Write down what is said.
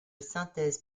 synthèse